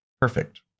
perfect